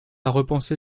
repenser